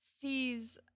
sees